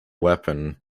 weapon